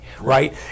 right